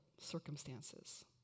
circumstances